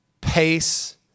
pace